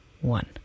one